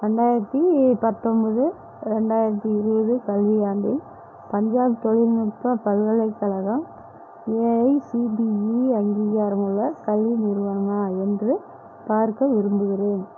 ரெண்டாயிரத்தி பத்தொம்பது ரெண்டாயிரத்தி இருபது கல்வியாண்டில் பஞ்சாப் தொழில்நுட்ப பல்கலைக்கழகம் ஏஐசிடிஇ அங்கீகாரமுள்ள கல்வி நிறுவனமா என்று பார்க்க விரும்புகிறேன்